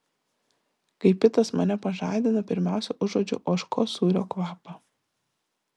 kai pitas mane pažadina pirmiausia užuodžiu ožkos sūrio kvapą